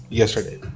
yesterday